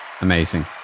Amazing